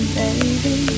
baby